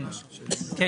כן.